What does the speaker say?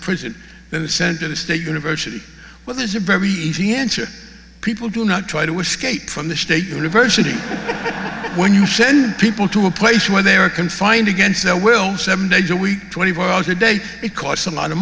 prison than send to the state university well there's a very easy answer people do not try to escape from the state university when you send people to a place where they are confined against their will seven days a week twenty four hours a day it costs a lot of